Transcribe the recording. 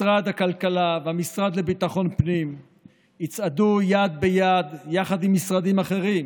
משרד הכלכלה והמשרד לביטחון פנים יצעדו יד ביד עם משרדים אחרים